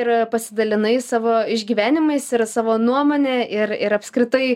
ir pasidalinai savo išgyvenimais ir savo nuomone ir ir apskritai